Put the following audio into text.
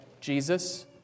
Jesus